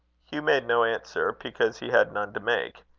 hugh made no answer, because he had none to make.